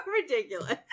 ridiculous